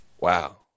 Wow